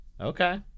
Okay